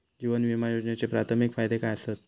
जीवन विमा योजनेचे प्राथमिक फायदे काय आसत?